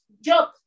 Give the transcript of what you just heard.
job